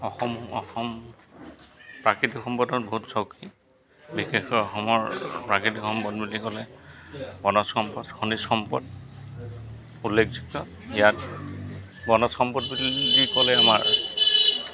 অসম অসম প্ৰাকৃতিক সম্পদত বহুত চহকী বিশেষকৈ অসমৰ প্ৰাকৃতিক সম্পদ বুলি ক'লে বনজ সম্পদ খনিজ সম্পদ উল্লেখযোগ্য ইয়াত বনজ সম্পদ বুলি ক'লে আমাৰ